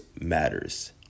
matters